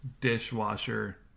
dishwasher